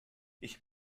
ich